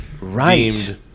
right